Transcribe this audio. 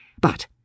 But